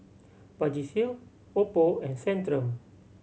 Vagisil Oppo and Centrum